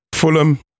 Fulham